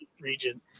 region